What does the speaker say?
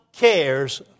Cares